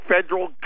federal